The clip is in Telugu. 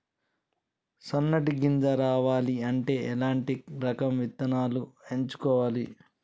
సన్నటి గింజ రావాలి అంటే ఎలాంటి రకం విత్తనాలు ఎంచుకోవాలి?